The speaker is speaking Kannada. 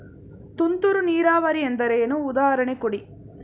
ತುಂತುರು ನೀರಾವರಿ ಎಂದರೇನು, ಉದಾಹರಣೆ ಕೊಡಿ?